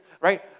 right